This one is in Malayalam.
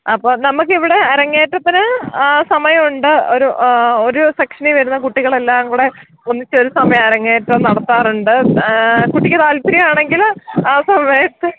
അപ്പോള് നമുക്കിവിടെ അരങ്ങേറ്റത്തിന് സമയമുണ്ട് ഒരു ഒരു സെക്ഷനിൽ വരുന്ന കുട്ടികൾ എല്ലാംകൂടെ ഒന്നിച്ചൊരു സമയം അരങ്ങേറ്റം നടത്താറുണ്ട് കുട്ടിക്ക് താല്പര്യമാണെങ്കില് ആ സമയത്ത്